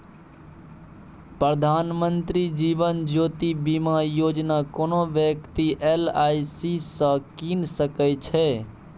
प्रधानमंत्री जीबन ज्योती बीमा योजना कोनो बेकती एल.आइ.सी सँ कीन सकै छै